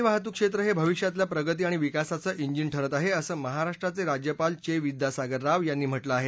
हवाई वाहतूक क्षेत्र हे भविष्यातल्या प्रगती आणि विकासाचं जीन ठरत आहे असं महाराष्ट्राचे राज्यपाल चे विद्यासागर राव यांनी म्हटलं आहे